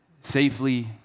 safely